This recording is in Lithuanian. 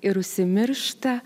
ir užsimiršta